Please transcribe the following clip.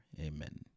Amen